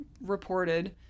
reported